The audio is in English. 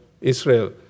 Israel